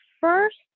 first